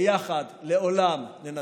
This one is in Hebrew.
ביחד לעולם ננצח.